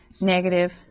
negative